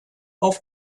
auf